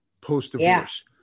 post-divorce